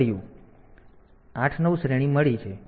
તેથી 8 9 શ્રેણી મળી છે